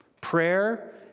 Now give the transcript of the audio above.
Prayer